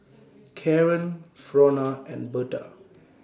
Kaaren Frona and Berta